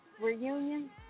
reunion